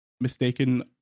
mistaken